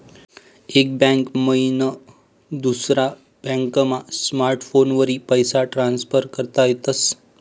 एक बैंक मईन दुसरा बॅकमा स्मार्टफोनवरी पैसा ट्रान्सफर करता येतस